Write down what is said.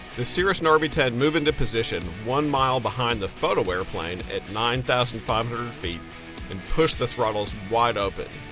the cirrus and rv ten move into position, one mile behind the photo airplane at nine thousand five hundred feet and push the throttles wide open.